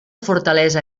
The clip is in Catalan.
fortalesa